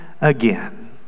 again